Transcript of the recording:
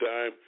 time